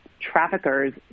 traffickers